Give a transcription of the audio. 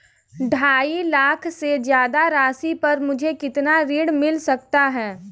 ढाई लाख से ज्यादा राशि पर मुझे कितना ऋण मिल सकता है?